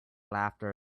laughter